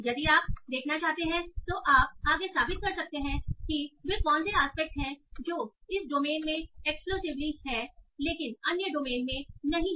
यदि आप देखना चाहते हैं तो आप आगे साबित कर सकते हैं की वे कौन से एस्पेक्ट हैं जो इस डोमेन में एक्सप्लोसिवली हैं लेकिन अन्य डोमेन में नहीं हैं